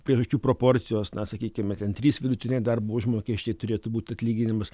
priežasčių proporcijos na sakykime ten trys vidutinio darbo užmokesčiai turėtų būti atlyginimas